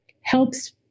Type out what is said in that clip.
helps